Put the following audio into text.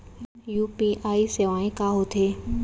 UPI सेवाएं का होथे